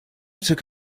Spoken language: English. took